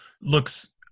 looks